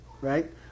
Right